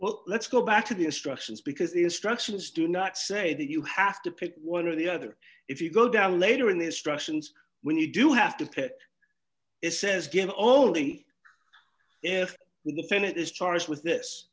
well let's go back to the instructions because the instructions do not say that you have to pick one or the other if you go down later in the instructions when you do have to pick it says game only if we could spin it is charged with this